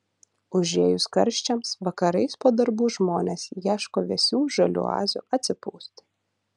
užėjus karščiams vakarais po darbų žmonės ieško vėsių žalių oazių atsipūsti